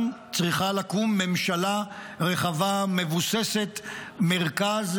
צריכה לקום ממשלה רחבה מבוססת מרכז,